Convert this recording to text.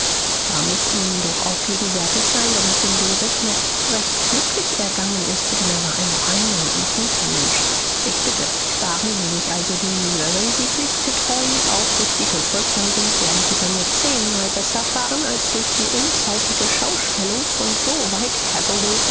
da muß ihnen doch auch gegenwärtig sein daß es dem joseph noch recht glücklich ergangen ist denn er war ein reiner und guter mensch ich bitte sparen sie sich also die mühe wenn sie pflichtgetreu aufrichtig und folgsam sind werden sie bei mir zehnmal besser fahren als durch die unzeitige schaustellung von so weit hergeholten